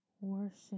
Worship